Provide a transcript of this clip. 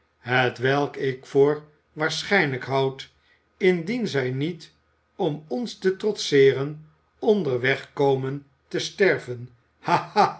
hetwelk ik voor waarschijnlijk houd indien zij niet om ons te trotseeren onderweg komen te sterven